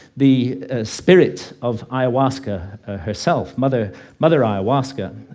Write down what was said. the spirit of ayahuasca herself, mother mother ayahuasca,